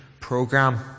program